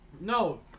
no